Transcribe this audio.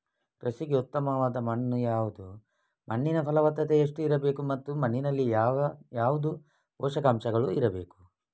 ಕೃಷಿಗೆ ಉತ್ತಮವಾದ ಮಣ್ಣು ಯಾವುದು, ಮಣ್ಣಿನ ಫಲವತ್ತತೆ ಎಷ್ಟು ಇರಬೇಕು ಮತ್ತು ಮಣ್ಣಿನಲ್ಲಿ ಯಾವುದು ಪೋಷಕಾಂಶಗಳು ಇರಬೇಕು?